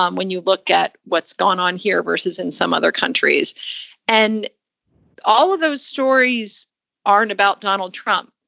um when you look at what's gone on here versus in some other countries and all of those stories aren't about donald trump.